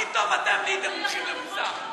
פתאום נהייתם מומחים למוסר.